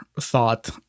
thought